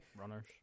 runners